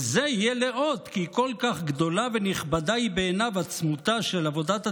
וזה יהיה לאות כי כל כך גדלה ונכבדה היא בעיניו עצמותה של עבודת הציבור,